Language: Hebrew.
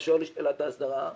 באשר לשאלת ההסדרה.